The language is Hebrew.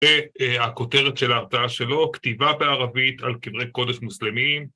‫הכותרת של ההרתעה שלו, ‫כתיבה בערבית על קברי קודש מוסלמים.